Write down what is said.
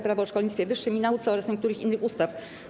Prawo o szkolnictwie wyższym i nauce oraz niektórych innych ustaw.